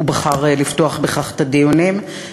הוא בחר לפתוח בכך את הדיונים,